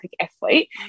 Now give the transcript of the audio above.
athlete